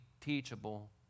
teachable